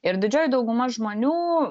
ir didžioji dauguma žmonių